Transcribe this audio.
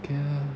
can